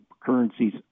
Currencies